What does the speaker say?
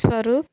Swaroop